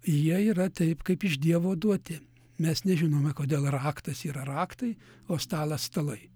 jie yra taip kaip iš dievo duoti mes nežinome kodėl raktas yra raktai o stalas stalai